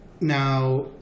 now